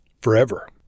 forever